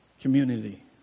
community